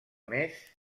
més